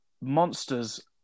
monsters